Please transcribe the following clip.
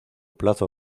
plazo